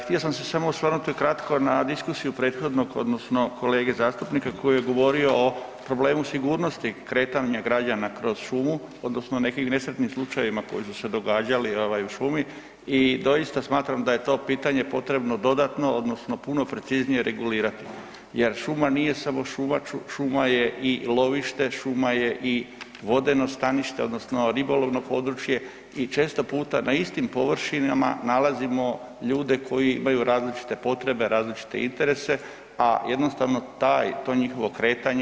Htio sam se samo osvrnuti kratko na diskusiju prethodnog odnosno kolege zastupnika koji je govorio o problemu sigurnosti kretanja građana kroz šumu odnosno nekim nesretnim slučajevima koji su se događali ovaj u šumi i doista smatram da je to pitanje potrebno dodatno odnosno puno preciznije regulirati jer šuma nije samo šuma, šuma je i lovište, šuma je i vodeno stanište odnosno ribolovno područje i često puta na istim površinama nalazimo ljude koji imaju različite potrebe, različite interese, a jednostavno taj, to njihovo kretanje